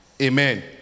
amen